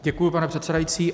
Děkuji, pane předsedající.